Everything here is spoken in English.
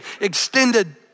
extended